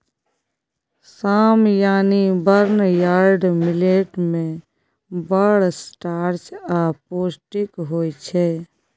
साम यानी barnyard millet मे बड़ स्टार्च आ पौष्टिक होइ छै